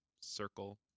circle